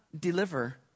deliver